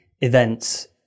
events